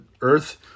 earth